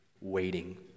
waiting